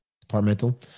Departmental